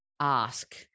ask